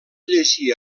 llegir